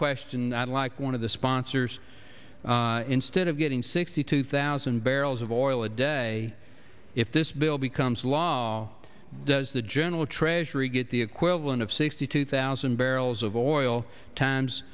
question i'd like one of the sponsors instead of getting sixty two thousand barrels of oil a day if this bill becomes law does the general treasury get the equivalent of sixty two thousand barrels of oil times